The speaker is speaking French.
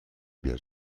bien